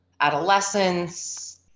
adolescence